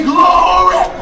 Glory